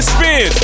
Spin